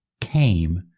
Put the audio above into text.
came